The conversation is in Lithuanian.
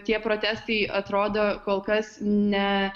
tie protestai atrodo kol kas ne